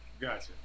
gotcha